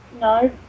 No